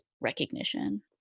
recognition